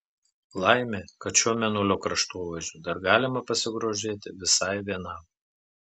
laimė kad šiuo mėnulio kraštovaizdžiu dar galima pasigrožėti visai vienam